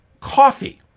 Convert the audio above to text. Coffee